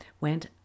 went